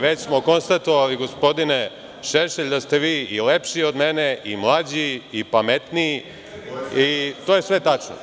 Već smo konstatovali, gospodine Šešelj, da ste vi i lepši od mene, i mlađi, i pametniji, i to je sve tačno.